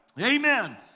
Amen